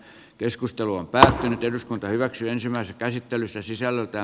keskustelu on päättynyt eduskunta hyväksyi ensimmäisen käsittelyssä sisällyttää